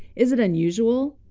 is it unusual?